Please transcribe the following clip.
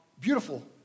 Beautiful